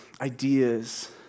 ideas